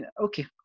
okay